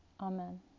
Amen